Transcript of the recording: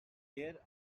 there